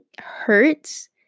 hurts